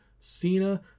cena